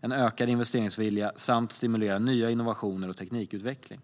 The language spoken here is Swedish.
en ökad investeringsvilja samt stimulera nya innovationer och teknikutveckling.